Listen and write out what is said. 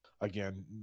Again